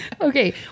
Okay